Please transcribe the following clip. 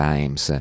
Times